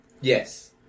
Yes